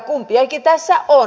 kumpiakin tässä on